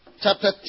Chapter